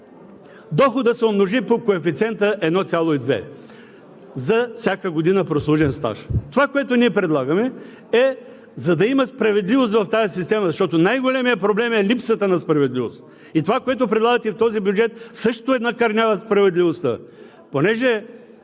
доходът се умножи по коефициента 1,2 за всяка година прослужен стаж. Това, което ние предлагаме, е, за да има справедливост в тази система, защото най-големият проблем е липсата на справедливост, и това, което предлагате в този бюджет, също накърнява справедливостта.